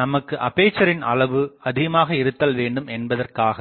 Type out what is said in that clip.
நமக்கு அப்பேசரின் அளவு அதிகமாக இருத்தல் வேண்டும் என்பதற்காகவே